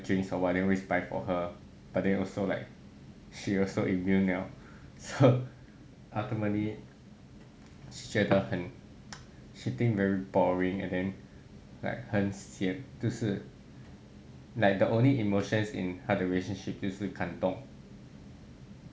drinks or what then always for her but then also like she also immune liao so ultimately she 觉得很 she think very boring and then like 很 sian 就是 like the only emotions in 他的 relationship 就是感动